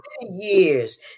years